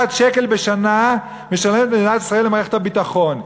60 מיליארד שקל בשנה למערכת הביטחון.